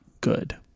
good